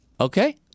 Okay